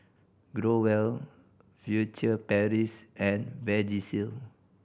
Growell Furtere Paris and Vagisil